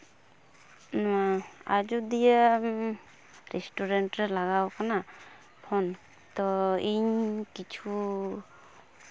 ᱱᱚᱣᱟ ᱟᱡᱳᱫᱤᱭᱟᱹ ᱨᱮᱥᱴᱩᱨᱮᱱᱴ ᱨᱮ ᱞᱟᱜᱟᱣ ᱟᱠᱟᱱᱟ ᱯᱷᱳᱱ ᱛᱚ ᱤᱧ ᱠᱤᱪᱷᱩ